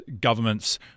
governments